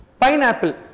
Pineapple